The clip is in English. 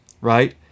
right